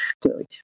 clearly